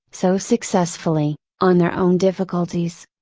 so successfully, on their own difficulties.